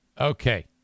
Okay